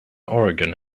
oregon